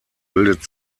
bildet